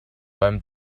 beim